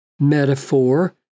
metaphor